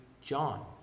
John